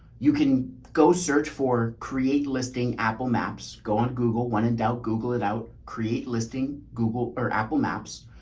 you can go search for create listing apple maps. go on google. when in doubt, google it out. create listing google or apple maps.